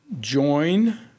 join